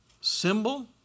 symbol